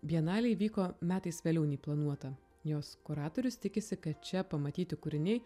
bienalė įvyko metais vėliau nei planuota jos kuratorius tikisi kad čia pamatyti kūriniai